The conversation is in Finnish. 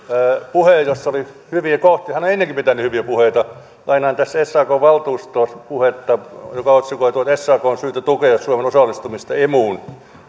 puheen jossa oli hyviä kohtia hän on ennenkin pitänyt hyviä puheita lainaan tässä sakn valtuustopuhetta joka on otsikoitu että sakn on syytä tukea suomen osallistumista emuun